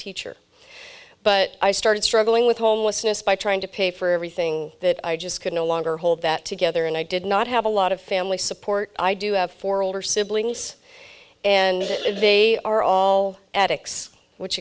teacher but i started struggling with homelessness by trying to pay for everything that i just could no longer hold that together and i did not have a lot of family support i do have four older siblings and they are all attics which